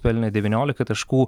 pelnė devyniolika taškų